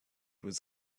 was